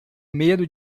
medo